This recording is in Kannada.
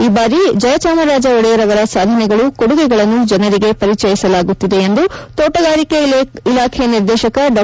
ಈ ಬಾರಿ ಜಯಚಾಮರಾಜ ಒಡೆಯರ್ ಅವರ ಸಾಧನೆಗಳು ಕೊಡುಗೆಗಳನ್ನು ಜನರಿಗೆ ಪರಿಚಯಿಸಲಾಗುತ್ತಿದೆ ಎಂದು ತೋಟಗಾರಿಕೆ ಇಲಾಖೆ ನಿರ್ದೆಶಕ ಡಾ